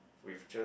with just